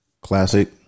classic